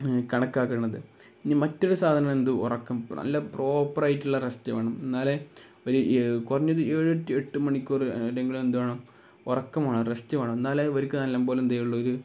കണക്കാക്കുന്നത് ഇനി മറ്റൊരു സാധനമെന്താണ് ഉറക്കം നല്ല പ്രോപ്പര് ആയിട്ടുള്ള റെസ്റ്റ് വേണം എന്നാലേ ഒരു കുറഞ്ഞത് ഏഴെട്ട് മണിക്കൂറെങ്കിലും എന്ത് വേണം ഉറക്കം വേണം റസ്റ്റ് വേണം എന്നാലേ അവര്ക്ക് നല്ലതുപോലെ എന്ത് ചെയ്യാന് പറ്റൂ ഒരു